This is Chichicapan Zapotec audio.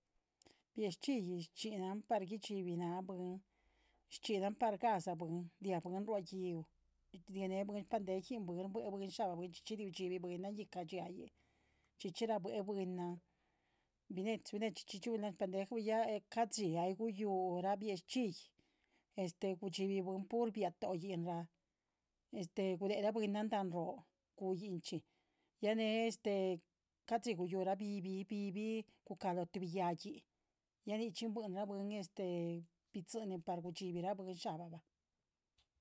Bie´xchihyi cxhinan par chxíbin nah buiinn- chxinan par gazah buiinnan ria buiinn- rua gi´uh riane buiinn- sxhpandeginban, shbue buiin sha´bahba, chxichi riucxhibiban icah dxhía in, chxíchi rabue buiinnan, binechi binechu, chxíchi chiun lanh spandejaba, ca´dxi ai guyúh bie´xchihyira gudxibi buiinn- pur biatoin, gule buiinnan loh daan ro guiincxhi ya ne ca´dxi guyu bibiríra gucán loh tu yaginh ya nicxhi buinra buiinin bi´dxin tin gudxibiba sha´bah.